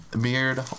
beard